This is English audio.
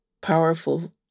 powerful